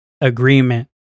agreement